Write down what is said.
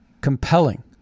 Compelling